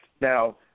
Now